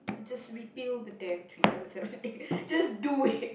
just repeal the damn three seven seven A just do it